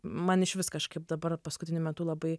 man išvis kažkaip dabar paskutiniu metu labai